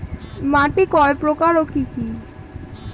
মাটি কয় প্রকার ও কি কি?